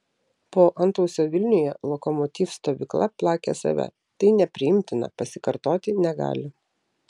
po antausio vilniuje lokomotiv stovykla plakė save tai nepriimtina pasikartoti negali